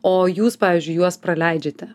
o jūs pavyzdžiui juos praleidžiate